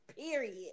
period